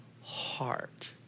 heart